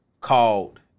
called